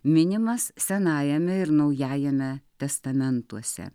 minimas senajame ir naujajame testamentuose